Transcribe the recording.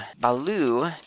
baloo